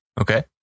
Okay